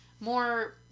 more